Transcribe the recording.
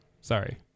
sorry